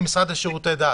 המשרד לשירותי דת.